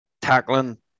tackling